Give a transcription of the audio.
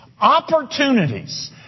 opportunities